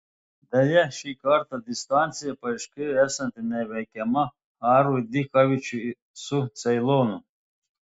deja šį kartą distancija paaiškėjo esanti neįveikiama arui dichavičiui su ceilonu